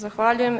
Zahvaljujem.